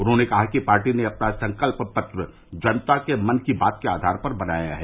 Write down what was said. उन्होंने कहा कि पार्टी ने अपना संकल्प पत्र जनता के मन की बात के आधार पर बनाया है